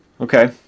Okay